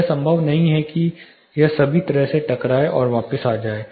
यह संभव नहीं है कि यह सभी तरह से टकराए और वापस आ जाए